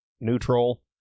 neutral